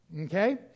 Okay